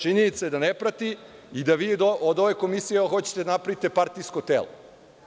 Činjenica je da ne prati i da vi od ove Komisije hoćete da napravite partijsko telo.